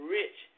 rich